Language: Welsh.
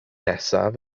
nesaf